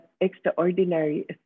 extraordinary